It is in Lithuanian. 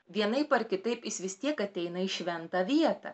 vienaip ar kitaip jis vis tiek ateina į šventą vietą